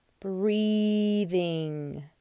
Breathing